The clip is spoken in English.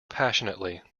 passionately